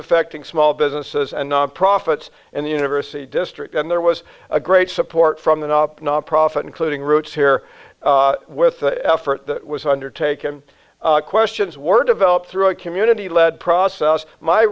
affecting small businesses and non profits and the university district and there was a great support from the top nonprofit including roots here with effort was undertaken questions were developed through a community led process my